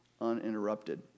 uninterrupted